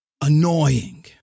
annoying